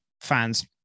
fans